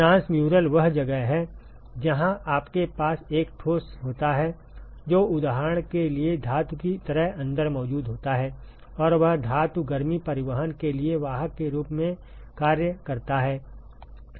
transmural वह जगह है जहां आपके पास एक ठोस होता है जो उदाहरण के लिए धातु की तरह अंदर मौजूद होता है और वह धातु गर्मी परिवहन के लिए वाहक के रूप में कार्य करता है